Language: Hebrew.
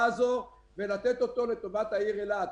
הזאת ולהעביר אותו לטובת העיר אילת.